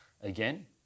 Again